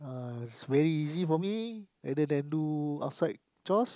uh it was very easy for me and then I do outside chores